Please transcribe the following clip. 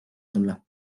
tulla